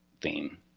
theme